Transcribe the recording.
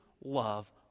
love